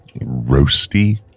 roasty